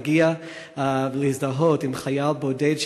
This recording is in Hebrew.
להגיע להזדהות עם חייל בודד,